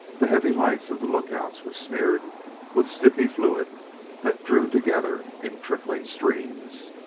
the heavy lights of the lookouts were smeared with sticky fluid that drew together in trickling streams.